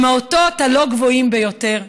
הם לא האותות הגבוהים ביותר.